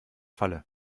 falle